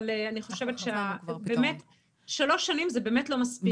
אבל אני חושבת ששלוש שנים זה באמת לא מספיק.